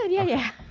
ah yeah, yeah.